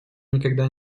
никогда